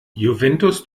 juventus